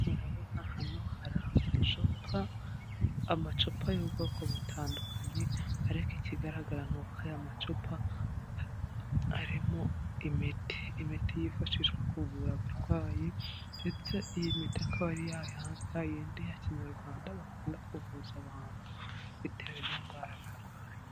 Murabona hano hari amacupa, amacupa y'ubwoko butandukanye, ariko ikigaragara ni uko aya macupa arimo imiti, imiti yifashishwa kuvura abarwayi, ndetse iyi miti ikaba ari ya yindi ya kinyarwanda, bakunda kuvuza abantu, bitewe n'indwara barwaye.